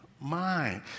mind